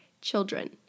Children